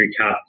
cut